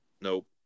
Nope